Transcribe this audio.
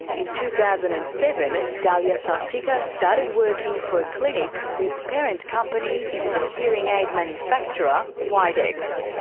in two thousand and seven, dahlia sartika started working for a clinic whose parent company is the hearing aid manufacturer widex.